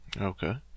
Okay